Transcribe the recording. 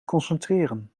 concentreren